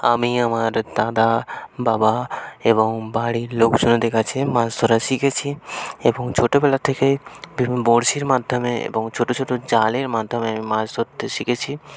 আমি আমার দাদা বাবা এবং বাড়ির লোকজনদের কাছে মাছ ধরা শিখেছি এবং ছোটবেলার থেকে বিভিন্ন বরশির মাধ্যমে এবং ছোট ছোট জালের মাধ্যমে মাছ ধরতে শিখেছি